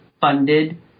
funded